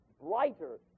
brighter